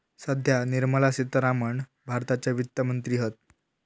सध्या निर्मला सीतारामण भारताच्या वित्त मंत्री हत